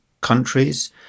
countries